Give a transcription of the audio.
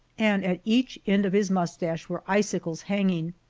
and at each end of his mustache were icicles hanging.